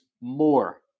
more